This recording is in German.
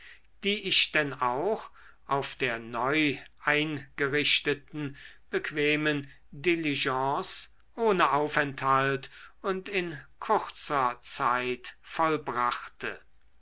die ich denn auch auf der neu eingerichteten bequemen diligence ohne aufenthalt und in kurzer zeit vollbrachte